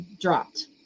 dropped